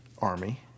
army